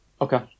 Okay